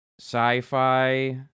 sci-fi